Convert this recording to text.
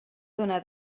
dóna